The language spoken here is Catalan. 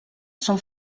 són